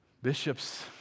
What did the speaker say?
Bishops